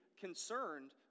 concerned